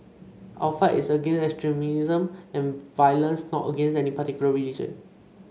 our fight is against extremism and violence not against any particular religion